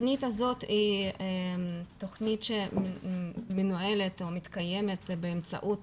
התוכנית הזאת היא תוכנית שמנוהלת או מתקיימת באמצעות